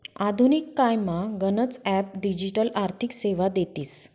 आधुनिक कायमा गनच ॲप डिजिटल आर्थिक सेवा देतीस